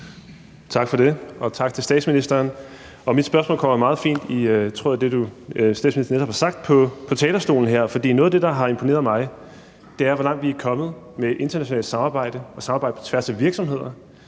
Tak for det, og tak til statsministeren. Mit spørgsmål er meget fint i tråd med det, statsministeren netop har sagt på talerstolen her. For noget af det, der har imponeret mig, er, hvor langt vi er kommet med internationalt samarbejde og samarbejde på tværs af virksomheder,